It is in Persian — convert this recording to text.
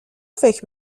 فکر